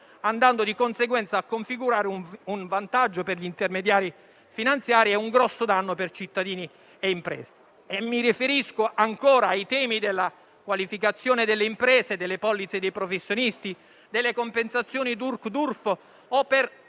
andando di conseguenza a configurare un vantaggio per gli intermediari finanziari e un grosso danno per cittadini e imprese. Mi riferisco ancora ai temi della qualificazione delle imprese, delle polizze dei professionisti, delle compensazioni DURC-DURF